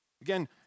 Again